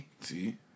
See